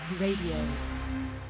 Radio